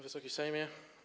Wysoki Sejmie!